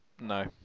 No